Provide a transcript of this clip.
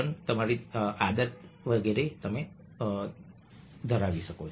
તેથી તમે આ આદત ધરાવી શકો છો